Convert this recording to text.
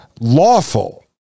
lawful